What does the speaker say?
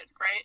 right